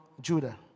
Judah